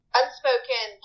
unspoken